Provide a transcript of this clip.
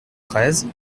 treize